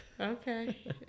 Okay